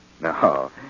No